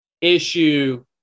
issue